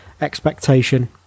expectation